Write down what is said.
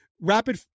rapid